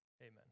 amen